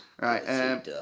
Right